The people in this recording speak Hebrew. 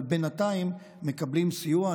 אבל בינתיים מקבלים סיוע.